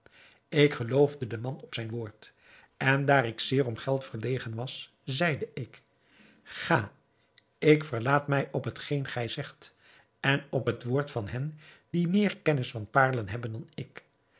ik geloofde den man op zijn woord en daar ik zeer om geld verlegen was zeide ik ga ik verlaat mij op hetgeen gij zegt en op het woord van hen die meer kennis van paarlen hebben dan ik